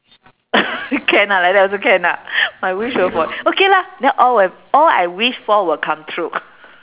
can ah like that also can ah my wish of what okay lah then all will have all I wish for will come through